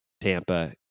Tampa